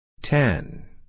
Ten